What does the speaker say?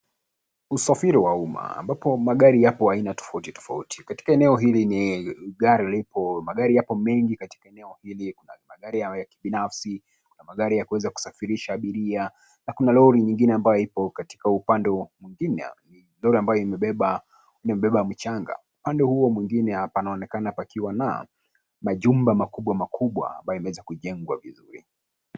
Usafiri wa uma, ambapo magari yapo aina tofautitofauti. Katika eneo hili ni gari lipo, magari yapo mengi katika eneo hili. Kuna magari ya kibinafsi, kuna magari ya kuweza kusafirisha abiria, na kuna lori nyingine ambapo ipo katika upande wa kuvinya. Lori ambayo imebeba michanga. Upande huo mwingine, panaonekana pakiwa na majumba makubwa makubwa ambayo yameweza kujengwa vizuri.